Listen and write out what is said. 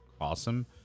awesome